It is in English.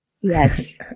Yes